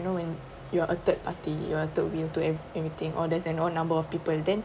you know when you are a third party you are third wheel to every~ everything all that and all number of people then